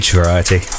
variety